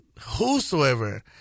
whosoever